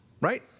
right